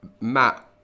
Matt